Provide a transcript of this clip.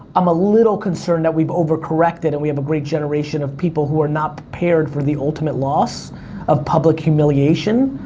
i'm a little concerned that we've over-corrected, and we have a great generation of people who are not prepared for the ultimate loss of public humiliation,